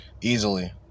Easily